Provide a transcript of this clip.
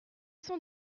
sont